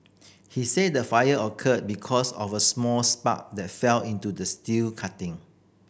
he said the fire occurred because of a small spark that fell into the steel cutting